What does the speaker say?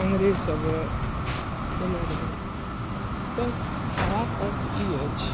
अंग्रेज सब केने रहै तऽ कहबाके अर्थ ई अछि